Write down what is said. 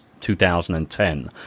2010